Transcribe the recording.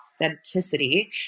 authenticity